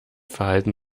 verhalten